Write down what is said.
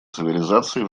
цивилизаций